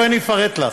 בואי אני אפרט לך.